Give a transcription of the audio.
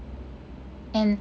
and